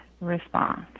response